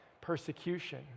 persecution